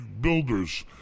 builders